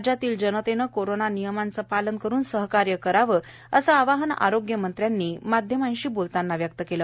राज्यातील जनतेने कोरोना नियमांचे पालन करुन सहकार्य करावे असे आवाहन आरोग्यमंत्र्यांनी माध्यमांशी बोलताना केले